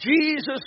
Jesus